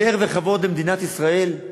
פאר וכבוד למדינת ישראל,